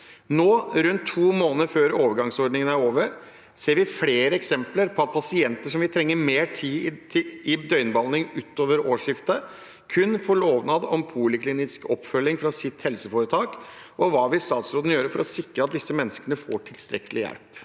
Nå, rundt to måneder før overgangsordningen er over, ser vi flere eksempler på at pasienter som vil trenge mer tid i døgnbehandling utover årsskiftet, kun får lovnad om poliklinisk oppfølging fra sitt helseforetak. Hva vil statsråden gjøre for å sikre at disse menneskene får tilstrekkelig hjelp?»